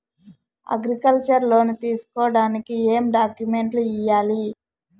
Agriculture loan తీసుకోడానికి ఏం డాక్యుమెంట్లు ఇయ్యాలి?